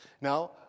Now